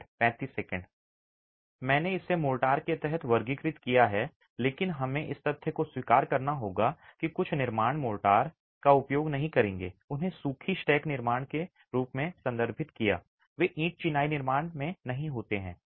मैंने इसे मोर्टार के तहत वर्गीकृत किया है लेकिन हमें इस तथ्य को स्वीकार करना होगा कि कुछ निर्माण मोर्टार का उपयोग नहीं करेंगे उन्होंने सूखी स्टैक निर्माण के रूप में संदर्भित किया वे ईंट चिनाई निर्माण में नहीं होते हैं